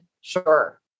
Sure